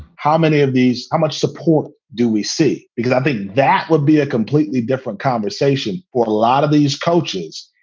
how many of these? how much support do we see? because i think that would be a completely different conversation for a lot of these coaches,